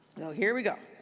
here we go.